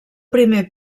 primer